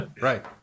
right